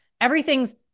Everything's